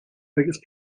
biggest